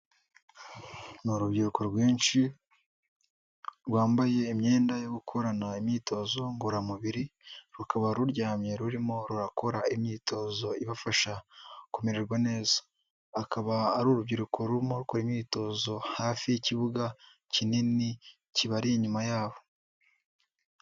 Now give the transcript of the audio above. Ni urubyiruko rwinshi rwambaye imyenda yo gukorana imyitozo ngororamubiri rukaba ruryamye rurimo rurakora imyitozo ibafasha kumererwa neza, akaba ari urubyiruko rurimo rukora imyitozo hafi y'ikibuga kinini kibari inyuma yabo.